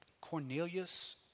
Cornelius